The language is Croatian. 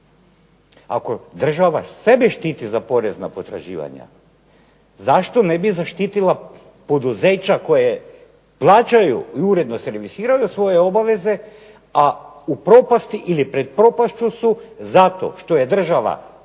Ako država sebe štiti za porezna potraživanja zašto ne bi zaštitila poduzeća koje plaćaju i uredno servisiraju svoju obaveze, a u propasti ili pred propašću su zato što je država glavnom